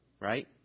Right